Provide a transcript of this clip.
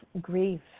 grief